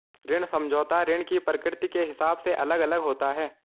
ऋण समझौता ऋण की प्रकृति के हिसाब से अलग अलग होता है